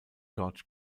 george